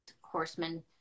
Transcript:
horsemen